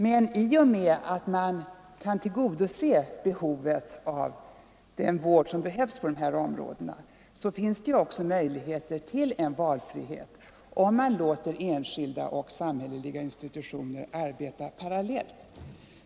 Men i den mån vi får möjlighet att tillgodose vårdbehoven på ifrågavarande områden kommer det också, om enskilda och samhälleliga institutioner tillåts arbeta parallellt, att kunna finnas förutsättningar för en valfrihet.